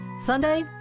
Sunday